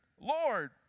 Lord